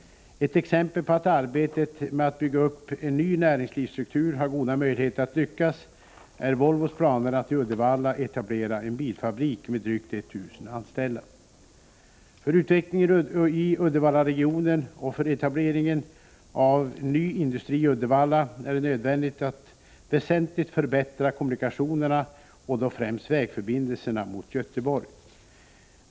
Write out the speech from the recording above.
Ett exempel på att arbetet med att bygga upp en ny näringslivsstruktur har goda möjligheter att lyckas är Volvos planer att i Uddevalla etablera en bilfabrik med drygt 1 000 anställda. För utvecklingen i Uddevallaregionen och för etableringen av ny industri i Uddevalla är det nödvändigt att väsentligt förbättra kommunikationerna och då främst vägförbindelsen mot Göteborg.